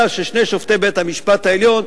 אלא ששני שופטי בית-המשפט העליון,